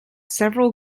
several